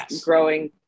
growing